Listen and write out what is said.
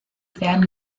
werden